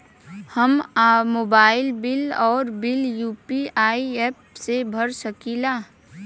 हम mobile bill और bill UPI app से भर सकिला